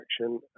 action